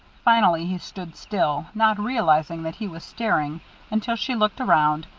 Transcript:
finally he stood still, not realizing that he was staring until she looked around,